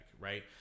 right